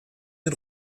den